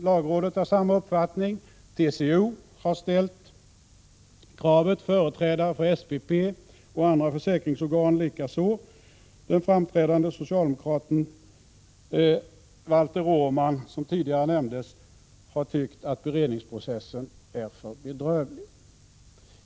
Lagrådet har samma uppfattning, TCO har ställt kravet, företrädare för SPP och andra försäkringsorgan likaså. Den framträdande socialdemokraten Valter Åhman, som tidigare nämndes, har tyckt att beredningsprocessen är för bedrövlig.